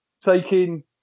taking